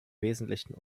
wesentlichen